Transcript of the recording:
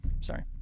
Sorry